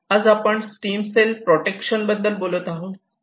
आज आपण stem cell protection बद्दल बोलत आहोत